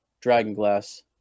dragonglass